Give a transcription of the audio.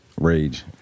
rage